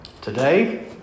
Today